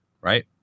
Right